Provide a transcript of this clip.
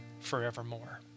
forevermore